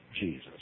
Jesus